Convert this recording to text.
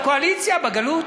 אנחנו בקואליציה, בגלות.